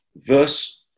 Verse